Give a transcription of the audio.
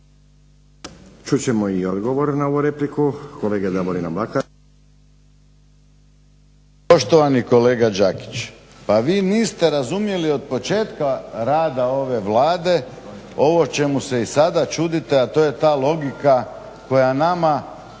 Čut ćemo i odgovor na ovu repliku, kolege Davorina Mlakara. **Mlakar, Davorin (HDZ)** Poštovani kolega Đakić, pa vi niste razumjeli od početka rada ove Vlade ovo čemu se i sada čudite, a to je ta logika koja nama